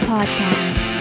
Podcast